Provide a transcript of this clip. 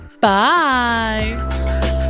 Bye